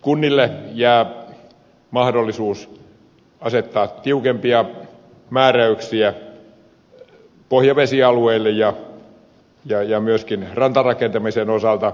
kunnille jää mahdollisuus asettaa tiukempia määräyksiä pohjavesialueille ja myöskin rantarakentamisen osalta